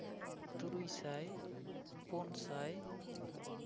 ᱛᱩᱨᱩᱭᱥᱟᱭ ᱯᱩᱱᱥᱟᱭ